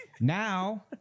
now